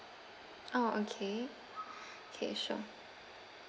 orh okay okay sure